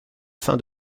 fin